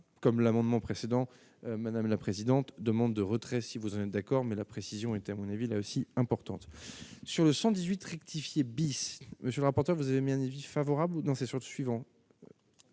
comme l'amendement précédent. Madame la présidente demande de retrait si vous êtes d'accord, mais la précision était à mon avis là aussi importante sur le 118 rectifié bis monsieur le rapporteur, vous avez bien lui favorable dansez sur suivant